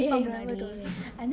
!hey! I remember you told me